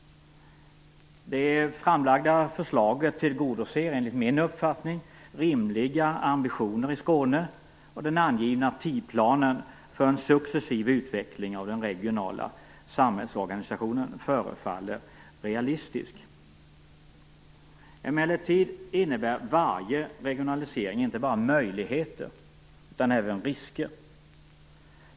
Det framlagda förslaget tillgodoser, enligt min uppfattning, rimliga ambitioner i Skåne, och den angivna tidsplanen för en successiv utveckling av den regionala samhällsorganisationen förefaller realistisk. Emellertid innebär varje regionalisering inte bara möjligheter utan även risker.